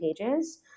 pages